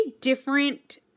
different